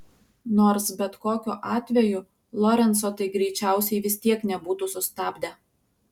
nors bet kokiu atveju lorenco tai greičiausiai vis tiek nebūtų sustabdę